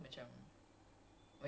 it sound so weird but macam